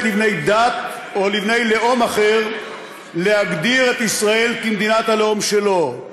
לבני דת או לאום אחר להגדיר את ישראל כמדינת הלאום שלהם,